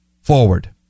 Forward